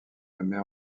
nommée